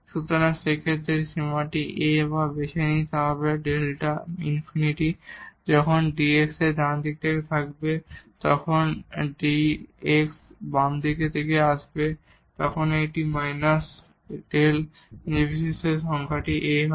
সুতরাং সেই ক্ষেত্রে এই সীমাটি A যা আমরা বেছে নিই তা হবে ∞ যখন Δ x ডান দিক থেকে কাছে আসবে যখন Δ x বাম দিক থেকে আসবে তখন এটি ∞ নির্বিশেষে সংখ্যা A হবে